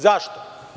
Zašto?